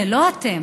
זה לא אתם,